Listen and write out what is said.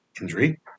injury